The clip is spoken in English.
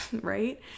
right